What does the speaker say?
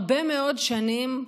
כבר הרבה מאוד שנים,